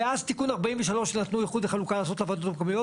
מאז תיקון 43 נתנו איחוד וחלוקה לוועדות המקומיות.